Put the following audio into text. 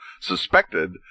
suspected